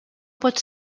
pot